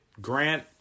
Grant